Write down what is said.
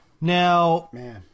Now